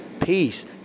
peace